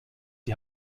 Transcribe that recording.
die